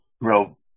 real